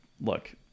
look